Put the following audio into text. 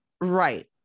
right